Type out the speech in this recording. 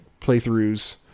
playthroughs